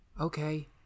Okay